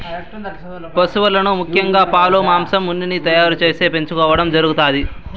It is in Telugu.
పసువులను ముఖ్యంగా పాలు, మాంసం, ఉన్నిని తయారు చేసేకి పెంచుకోవడం జరుగుతాది